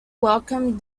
welcomed